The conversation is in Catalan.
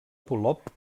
polop